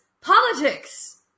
politics